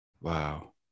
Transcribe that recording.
wow